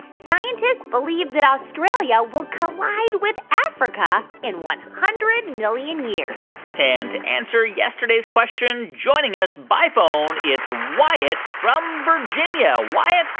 scientists believe that australia will collide with africa in one hundred million years? and to and answer yesterday's question, joining us by phone, it's wyatt from virginia. wyatt,